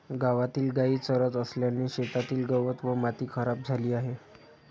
गावातील गायी चरत असल्याने शेतातील गवत व माती खराब झाली आहे